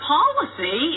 policy